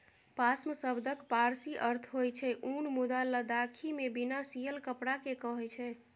पाश्म शब्दक पारसी अर्थ होइ छै उन मुदा लद्दाखीमे बिना सियल कपड़ा केँ कहय छै